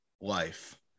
life